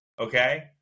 okay